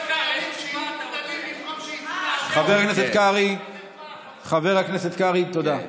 חבר הכנסת קרעי, תודה.